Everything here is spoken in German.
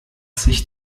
sich